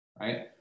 right